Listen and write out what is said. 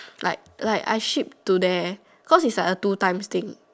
like like I ship to there cause it's like a two times thing